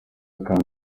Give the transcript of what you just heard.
kandi